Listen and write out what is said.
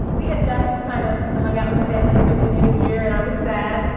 we had just kind of hung out with family for the new year and i was sad.